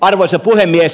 arvoisa puhemies